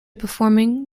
performing